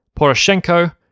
Poroshenko